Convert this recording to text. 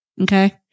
Okay